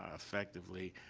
ah effectively,